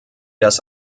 das